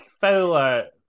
Fowler